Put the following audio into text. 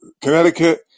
Connecticut